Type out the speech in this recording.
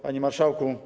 Panie Marszałku!